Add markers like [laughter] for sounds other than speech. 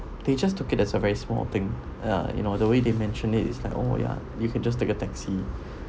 they just took it as a very small thing uh you know the way they mentioned it is like oh ya you can just take a taxi [breath]